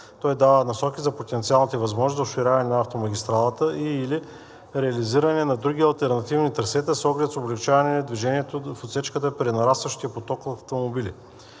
Той дава насоки за потенциалните възможности за оширяване на автомагистралата и/или реализиране на други алтернативни трасета с оглед облекчаване на движението в отсечката при нарастващия поток от автомобили.